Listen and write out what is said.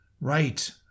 Right